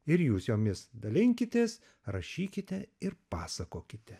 ir jūs jomis dalinkitės rašykite ir pasakokite